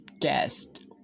guest